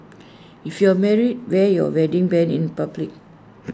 if you're married wear your wedding Band in public